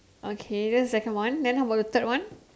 okay that's the second one then how about the third one